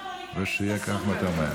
שיהיה כמה שיותר מהר.